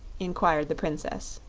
inquired the princess.